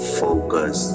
focus